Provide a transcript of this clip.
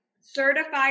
certified